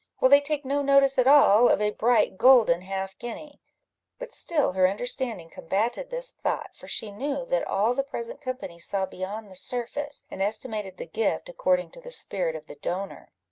while they take no notice at all of a bright golden half-guinea! but still her understanding combated this thought, for she knew that all the present company saw beyond the surface, and estimated the gift according to the spirit of the donor.